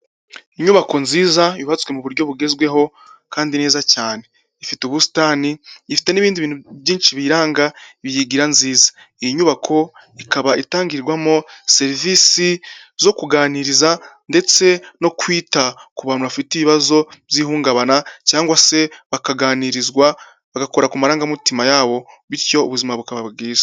Inyubako nziza yubatswe mu buryo bugezweho kandi neza cyane, ifite ubusitani ifite n'ibindi bintu byinshi biyiranga biyigira nziza, iyi nyubako ikaba itangirwamo serivisi zo kuganiriza ndetse no kwita ku bantu bafite ibibazo by'ihungabana, cyangwa se bakaganirizwa bagakora ku marangamutima yabo bityo ubuzima bukaba bwiza.